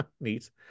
neat